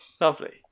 Lovely